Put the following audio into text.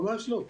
ממש לא.